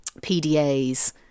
PDAs